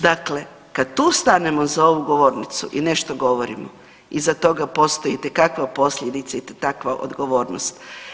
Dakle, kad tu stanemo za ovu govornicu i nešto govorimo, iza toga postoji itekakva posljedica i itekakva odgovornost.